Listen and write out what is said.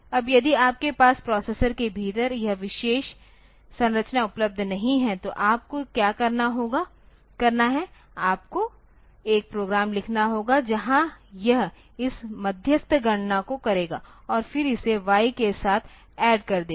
अब यदि आपके पास प्रोसेसर के भीतर यह विशेष संरचना उपलब्ध नहीं है तो आपको क्या करना है आपको एक प्रोग्राम लिखना होगा जहां यह इस मध्यस्थ गणना को करेगा और फिर इसे y के साथ ऐड कर देगा